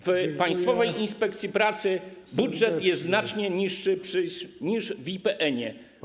W Państwowej Inspekcji Pracy budżet jest znacznie niższy niż w IPN.